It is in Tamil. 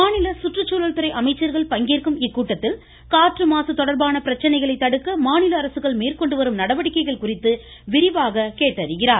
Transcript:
மாநில சுற்றுச்சூழல்துறை அமைச்சர்கள் பங்கேற்கும் இக்கூட்டத்தில் காற்று மாசு தொடர்பான பிரச்சினைகளை தடுக்க மாநில அரசுகள் மேற்கொண்டுவரும் நடவடிக்கைகள் குறித்து அவர் விரிவாக கேட்டறிகிறார்